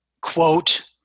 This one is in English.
quote